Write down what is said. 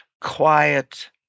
quiet